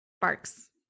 barks